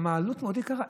גם העלות מאוד יקרה.